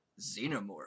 Xenomorph